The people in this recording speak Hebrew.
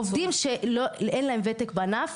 עובדים שאין להם ותק בענף,